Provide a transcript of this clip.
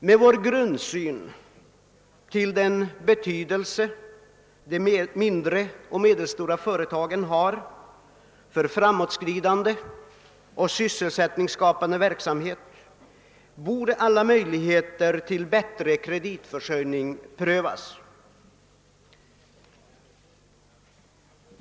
Med vår grundsyn på den betydelse som de mindre och medelstora företagen har för framåtskridande och sysselsättningsskapande verksamhet borde alla möjligheter till bättre kreditförsörjning prövas.